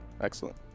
Excellent